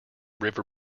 river